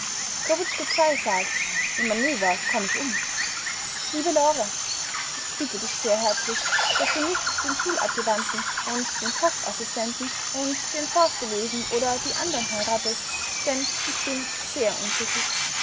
ii sagt im manöver komm ich um liebe lore ich bitte dich sehr herzlich daß du nicht den schuladjuvanten und den postassistenten und den forsteleven oder die andern heiratest denn ich bin sehr unglücklich